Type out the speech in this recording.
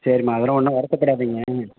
சரிம்மா அதெலாம் ஒன்றும் வருத்தப்படாதீங்க